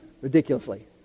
ridiculously